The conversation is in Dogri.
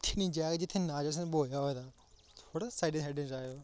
उत्थै निं जाह्ग जित्थै नाले थोह्ड़ा साढ़े साढ़े जाह्ग